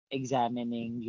examining